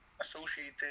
associated